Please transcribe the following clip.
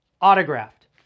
autographed